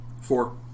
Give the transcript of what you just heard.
Four